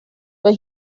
but